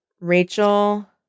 Rachel